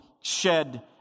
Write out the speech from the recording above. shed